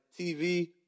TV